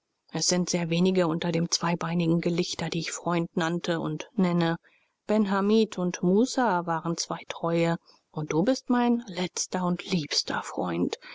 es sind sehr wenige unter dem zweibeinigen gelichter die ich freund nannte und nenne ben hamid und musa waren zwei treue und du bist mein letzter und liebster freund